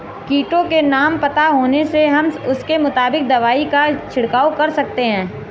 कीटों के नाम पता होने से हम उसके मुताबिक दवाई का छिड़काव कर सकते हैं